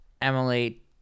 Emily